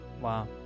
Wow